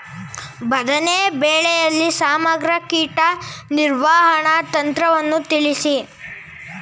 ಬದನೆ ಬೆಳೆಯಲ್ಲಿ ಸಮಗ್ರ ಕೀಟ ನಿರ್ವಹಣಾ ತಂತ್ರವನ್ನು ತಿಳಿಸಿ?